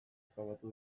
ezabatu